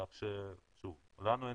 רק שלנו אין